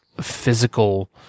physical